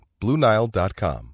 BlueNile.com